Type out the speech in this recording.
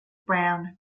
brown